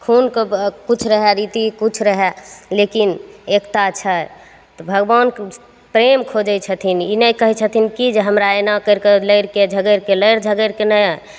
खूनके किछु रहै रीति किछु रहै लेकिन एकता छै तऽ भगवानके प्रेम खोजै छथिन ई नहि कहै छथिन कि जे हमरा एना करिके लड़िके झगड़िके लड़िके झगड़िके नहि